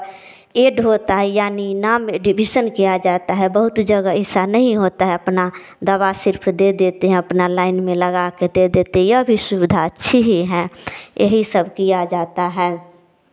add होता है यानि नाम एडविशन किया जाता है बहुत जगह ऐसा नहीं होता है अपना दवा सिर्फ़ दे देते हैं अपना लाइन में लगा कर दे देते है यह भी सुविधा अच्छी ही हैं यही सब किया जाता है